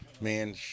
man